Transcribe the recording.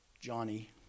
Johnny